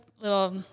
little